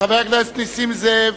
חבר הכנסת נסים זאב,